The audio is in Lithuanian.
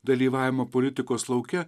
dalyvavimą politikos lauke